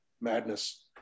madness